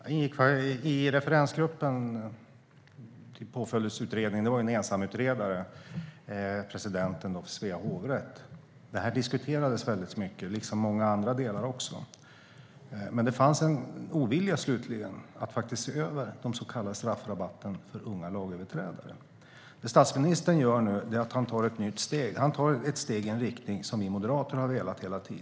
Herr talman! I referensgruppen till Påföljdsutredningen - det var en ensamutredare, presidenten för Svea hovrätt - diskuterades det här väldigt mycket, liksom många andra delar. Men det fanns slutligen en ovilja att se över den så kallade straffrabatten för unga lagöverträdare. Det statsministern gör nu är att han tar ett steg i en riktning som vi moderater hela tiden velat gå i.